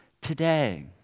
today